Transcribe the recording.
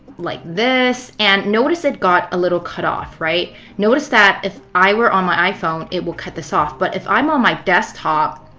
like this. and notice it got a little cut off, right? notice that if i were on my iphone, it will cut this off. but if i am on my desktop,